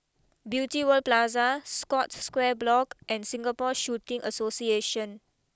Beauty World Plaza Scotts Square Block and Singapore Shooting Association